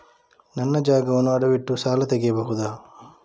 ನನ್ನ ಜಾಗವನ್ನು ಅಡವಿಟ್ಟು ಸಾಲ ತೆಗೆಯಬಹುದ?